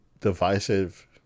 divisive